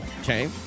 Okay